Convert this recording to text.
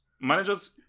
Managers